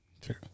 True